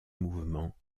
mouvement